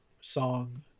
song